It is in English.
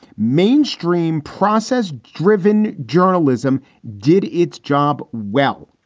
mainstream process driven journalism did its job well.